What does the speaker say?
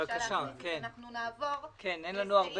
שההסדרה שלו והתיקונים שלו יהיו בהחלטת ממשלה זה יוצר בלגן